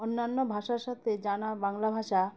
অন্যান্য ভাষার সাথে জানা বাংলা ভাষা